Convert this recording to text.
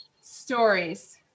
stories